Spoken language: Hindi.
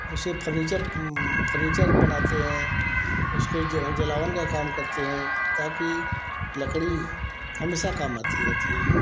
उससे फर्निचर फर्निचर बनाते हैं उसके जलावन का काम करते हैं ताकि लकड़ी हमेशा काम आती रहती है